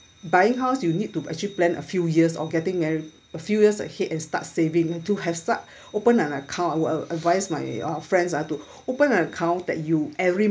buying house you need to actually plan a few years of getting there a few years ahead and start saving to have a start open an account would uh advise my uh friends uh to open an account that you every